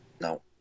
No